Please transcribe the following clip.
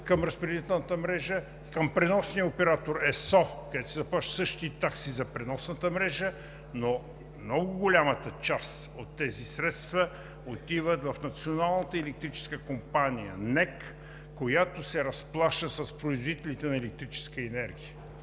към разпределителната мрежа, към преносния оператор ЕСО, където се заплащат същите такси за преносната мрежа, но много голямата част от тези средства отиват в Националната електрическа компания – НЕК, която се разплаща с производителите на електрическа енергия.